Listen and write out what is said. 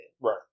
Right